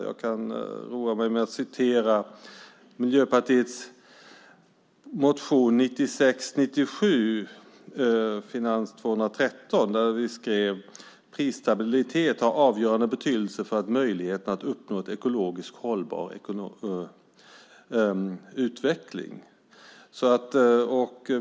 Jag kan roa mig med att citera Miljöpartiets motion 1996/97:Fi213 där vi skrev: "Prisstabilitet har avgörande betydelse för möjligheterna att uppnå en ekologiskt hållbar ekonomisk utveckling."